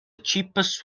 cheapest